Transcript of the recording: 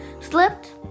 slipped